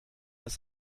ist